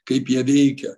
kaip jie veikia